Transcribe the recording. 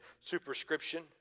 superscription